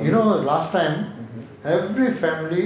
you know last time every family